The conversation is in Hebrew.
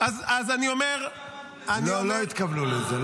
אז אני אומר --- לא התכוונו לזה.